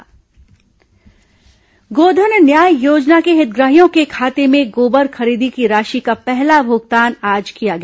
मुख्यमंत्री योजना शुभारंभ गोधन न्याय योजना के हितग्राहियों के खाते में गोबर खरीदी की राशि का पहला भुगतान आज किया गया